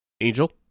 Angel